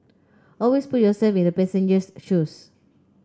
always put yourself in the passenger's shoes